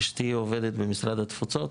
אשתי עובדת במשרד התפוצות,